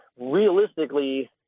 realistically